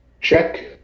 check